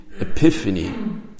epiphany